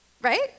right